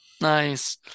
Nice